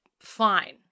Fine